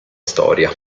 storia